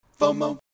FOMO